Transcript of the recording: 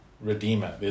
redeemer